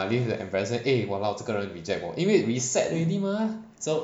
ah live with the embarrassment eh !walao! 这个人 reject 我因为 reset already mah